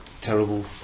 terrible